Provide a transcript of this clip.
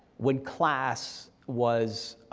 when class was,